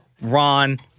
Ron